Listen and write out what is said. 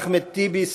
אחמד טיבי,